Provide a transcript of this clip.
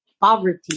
poverty